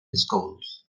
schools